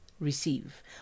receive